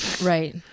right